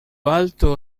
alto